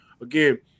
again